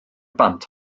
bant